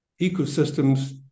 ecosystems